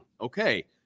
okay